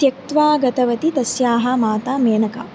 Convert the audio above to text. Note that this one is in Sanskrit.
त्यक्त्वा गतवती तस्याः माता मेनका